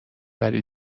ولی